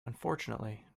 unfortunately